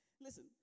listen